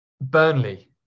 Burnley